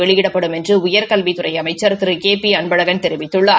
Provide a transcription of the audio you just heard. வெளியிடப்படும் என்று உயர்கல்வித்துறை அமைச்சர் திரு கே பி அன்பழன் தெரிவித்துள்ளார்